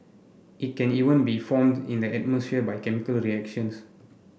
it can even be formed in the atmosphere by chemical reactions